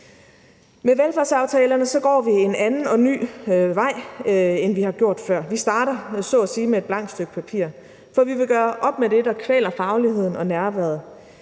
Med velfærdsaftalerne går vi en anden og ny vej, end vi har gjort før. Vi starter så at sige med et blankt stykke papir, for vi vil gøre op med det, der kvæler fagligheden og nærværet.